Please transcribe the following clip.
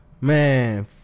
Man